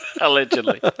allegedly